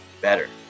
better